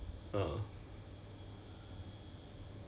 都不知道几时没有工作